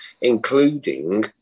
including